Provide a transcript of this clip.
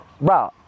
Bro